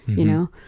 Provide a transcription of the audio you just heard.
you know.